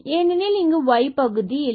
ஏனெனில் இங்கு y பகுதி இல்லை